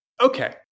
Okay